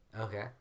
Okay